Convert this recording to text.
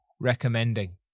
recommending